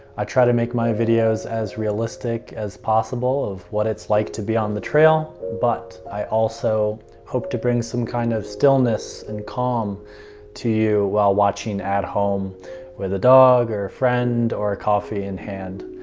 i try to make my videos as realistic as possible of what it's like to be on the trail. but i also hope to bring some kind of stillness and calm to you while watching at home with a dog or a friend or a coffee in hand.